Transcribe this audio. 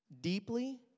deeply